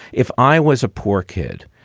if i was a poor kid?